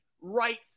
right